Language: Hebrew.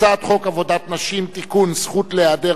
הצעת חוק עבודת נשים (תיקון זכות להיעדר